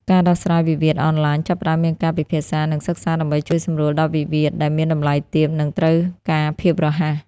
ការដោះស្រាយវិវាទអនឡាញ ចាប់ផ្ដើមមានការពិភាក្សា និងសិក្សាដើម្បីជួយសម្រួលដល់វិវាទដែលមានតម្លៃទាប និងត្រូវការភាពរហ័ស។